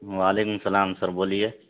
وعلیکم السلام سر بولیے